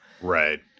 right